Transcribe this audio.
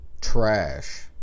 trash